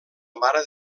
mare